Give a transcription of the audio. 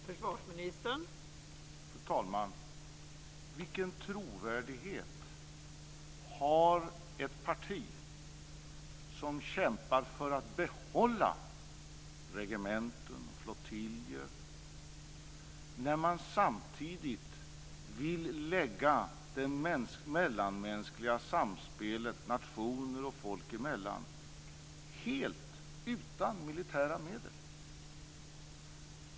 Fru talman! Vilken trovärdighet har ett parti som kämpar för att behålla regementen och flottiljer, när det samtidigt vill lämna samspelet nationer och folk emellan helt utan militära medel?